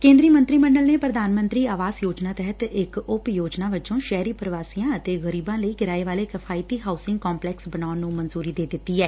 ਕੇਂਦਰੀ ਮੰਤਰੀ ਮੰਡਲ ਨੇ ਪ੍ਰਧਾਨ ਮੰਤਰੀ ਆਵਾਸ ਯੋਜਨਾ ਤਹਿਤ ਇਕ ਉਪ ਯੋਜਨਾ ਵਜੋਂ ਸ਼ਹਿਰੀ ਪ੍ਰਵਾਸੀਆਂ ਅਤੇ ਗਰੀਬਾ ਲਈ ਕਿਰਾਏ ਵਾਲੇ ਕਿਫ਼ਾਇਤੀ ਹਾਊਸਿੰਗ ਕੰਪਲੈਕਸ ਬਣਾਉਣ ਨੂੰ ਮਨਜੁਰੀ ਦੇ ਦਿੱਤੀ ਐ